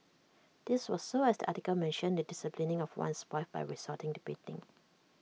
this was so as the article mentioned the disciplining of one's wife by resorting to beating